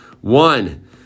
One